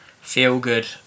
feel-good